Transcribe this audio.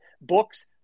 books